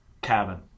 Cabin